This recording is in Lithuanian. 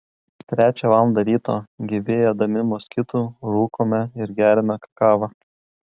trečią valandą ryto gyvi ėdami moskitų rūkome ir geriame kakavą